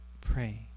pray